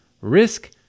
risk